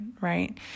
right